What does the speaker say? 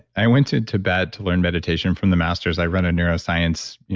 i went to tibet to learn meditation from the masters. i run a neuroscience,